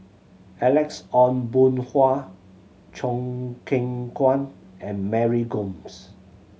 Alex Ong Boon Hau Choo Keng Kwang and Mary Gomes